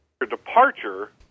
departure